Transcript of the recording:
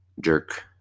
jerk